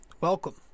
welcome